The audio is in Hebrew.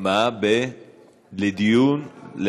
לוועדה להמשך דיון.